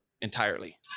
entirely